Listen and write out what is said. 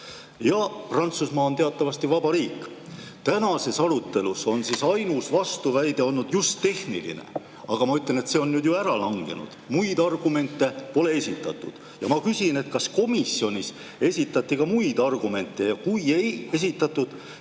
Ja Prantsusmaa on teatavasti vaba riik. Tänases arutelus on ainus vastuväide olnud just tehniline, aga ma ütlen, et see on nüüd ära langenud. Muid argumente pole esitatud. Ma küsin, kas komisjonis esitati ka muid argumente ja kui ei esitatud,